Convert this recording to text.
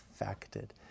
affected